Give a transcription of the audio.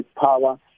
power